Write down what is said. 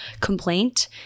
complaint